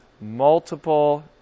multiple